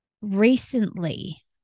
recently